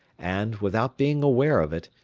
and, without being aware of it,